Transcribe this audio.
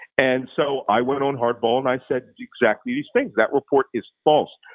and so i went on hardball and i said exactly these things. that report is false.